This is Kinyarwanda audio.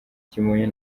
kimonyo